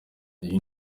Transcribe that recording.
iyi